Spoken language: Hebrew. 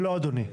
לא, אדוני.